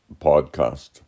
podcast